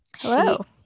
Hello